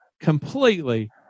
completely